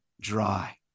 dry